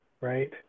right